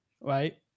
Right